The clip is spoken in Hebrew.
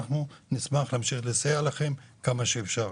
אנחנו נשמח לסייע לכם כמה שאפשר.